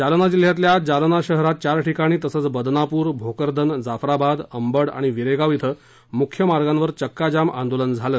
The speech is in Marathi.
जालना जिल्ह्यातल्या जालना शहरात चार ठिकाणी तसंच बदनापूर भोकरदन जाफराबाद अंबड आणि विरेगाव क्वि मुख्य मार्गावर चक्का जाम आंदोलन झालं